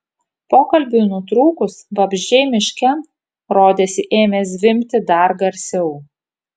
pokalbiui nutrūkus vabzdžiai miške rodėsi ėmė zvimbti dar garsiau